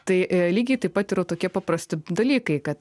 tai lygiai taip pat yra tokie paprasti dalykai kad